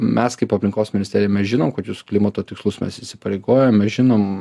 mes kaip aplinkos ministerija mes žinom kokius klimato tikslus mes įsipareigojam mes žinom